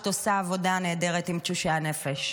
שאת עושה עבודה נהדרת עם תשושי הנפש,